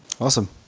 Awesome